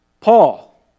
Paul